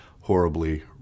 horribly